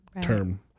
term